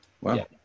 Wow